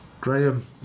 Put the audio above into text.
Graham